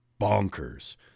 bonkers